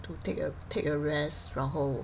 to take a take a rest 然后